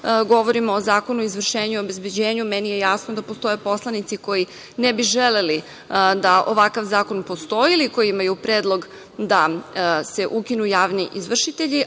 Govorim o Zakonu o izvršenju i obezbeđenju. Meni je jasno da postoje poslanici koji ne bi želeli da ovakav zakon postoji ili koji imaju predlog da se ukinu javni izvršitelji,